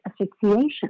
asphyxiation